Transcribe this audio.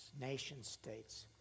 nation-states